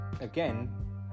again